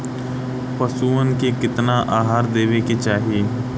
पशुअन के केतना आहार देवे के चाही?